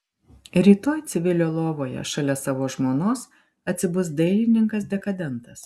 rytoj civilio lovoje šalia savo žmonos atsibus dailininkas dekadentas